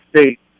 States